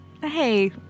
Hey